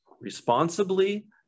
responsibly